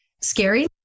scary